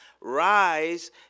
Rise